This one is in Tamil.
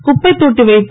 குப்பைத் தொட்டி வைத்து